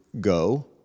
go